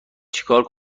چیکار